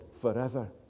forever